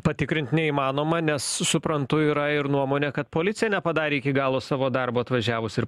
patikrint neįmanoma nes suprantu yra ir nuomonė kad policija nepadarė iki galo savo darbo atvažiavus ir